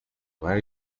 where